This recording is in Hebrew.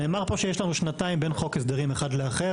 נאמר פה שיש לנו שנתיים בין חוק הסדרים אחד לאחר.